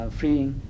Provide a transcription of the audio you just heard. freeing